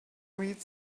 read